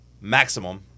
maximum